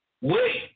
wait